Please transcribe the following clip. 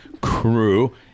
crew